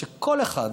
שכל אחד,